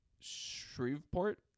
Shreveport